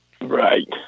Right